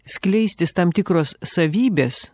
skleistis tam tikros savybės